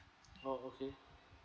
oh okay